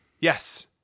Yes